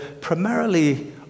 primarily